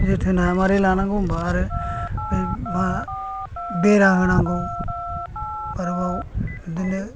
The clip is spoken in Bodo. जोथोना माबोरै लानांगौ होनब्ला आरो बे मा बेरा होनांगौ आरोबाव बिदिनो